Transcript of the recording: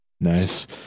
Nice